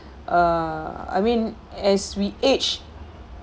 err I mean as we age